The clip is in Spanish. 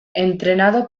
entrenado